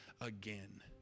again